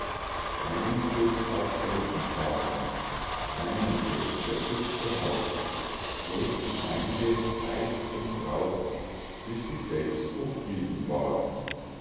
reinecke that heldenthaten reinecke der füchse haupt schlägt die feinde beißt und raubt bis sie selbst um frieden baten